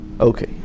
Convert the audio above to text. Okay